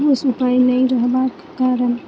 किछु उपाय नहि रहबक कारण